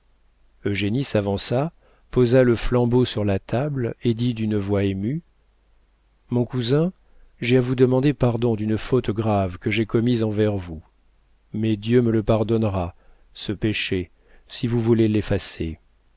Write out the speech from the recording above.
surprise eugénie s'avança posa le flambeau sur la table et dit d'une voix émue mon cousin j'ai à vous demander pardon d'une faute grave que j'ai commise envers vous mais dieu me le pardonnera ce péché si vous voulez l'effacer